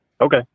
Okay